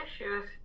issues